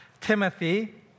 Timothy